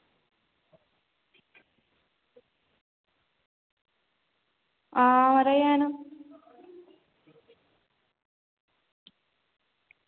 हां खरे गै न